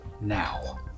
now